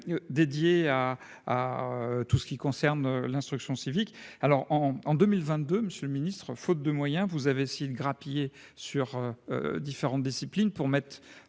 dédiées à à tout ce qui concerne l'instruction civique, alors en 2022 Monsieur le Ministre, faute de moyens, vous avez essayer de grappiller sur différentes disciplines pour mettre